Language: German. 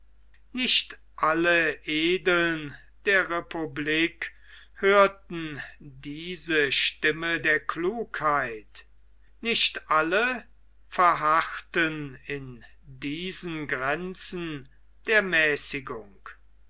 nicht alle edeln der republik hörten diese stimme der klugheit nicht alle verharrten in diesen grenzen der mäßigung